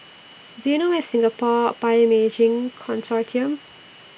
Do YOU know Where IS Singapore Bioimaging Consortium